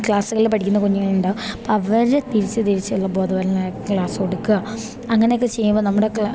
ക്ലാസ്സുകളിൽ പഠിക്കുന്ന കുഞ്ഞുങ്ങളുണ്ടാവും അപ്പം അവർ തിരിച്ച് തിരിച്ചുള്ള ബോധവൽക്കരണ ക്ലാസ് കൊടുക്കുക അങ്ങനെ ഒക്കെ ചെയ്യുമ്പോൾ നമ്മുടെ ഒക്കെ